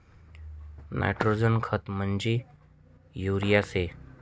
nitrogen खत म्हंजी urea शे